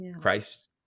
Christ